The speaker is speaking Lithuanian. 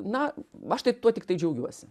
na aš tai tuo tiktai džiaugiuosi